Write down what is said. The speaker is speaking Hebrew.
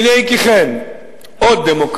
הנה כי כן, עוד דמוקרטיה